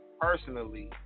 personally